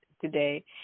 today